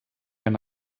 eine